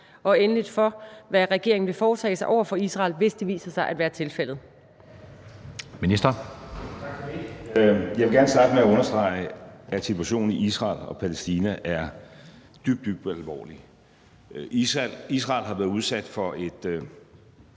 og endelig for, hvad regeringen vil foretage sig over for Israel, hvis det viser sig at være tilfældet?